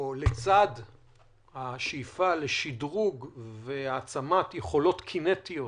שלצד השאיפה לשדרוג והעצמת יכולות קינטיות